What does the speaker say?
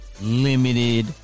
limited